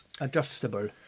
adjustable